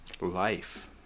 life